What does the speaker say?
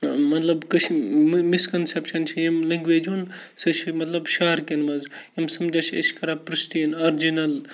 مطلب کٔشۍ مِسکَنسیٚپشَن چھِ یِم لنٛگویج ہُنٛد سُہ چھُ مطلب شَہَرکٮ۪ن منٛز یِم سمجان چھِ أسۍ کَران پرٛسٹیٖن آرجِنَل